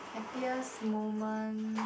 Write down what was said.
happiest moment